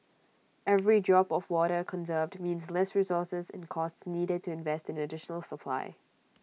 every drop of water conserved means less resources and costs needed to invest in additional supply